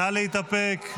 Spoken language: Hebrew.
נא להתאפק,